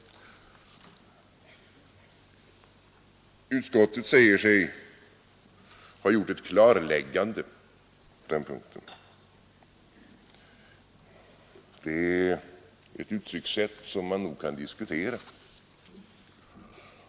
Utskottet säger sig ha gjort ett klarläggande på den punkten. Det är ett uttryckssätt som man nog kan diskutera.